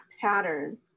pattern